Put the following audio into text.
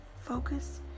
focus